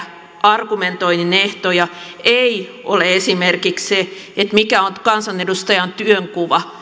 argumentoinnin ehtoja ei ole esimerkiksi se mikä on kansanedustajan työnkuva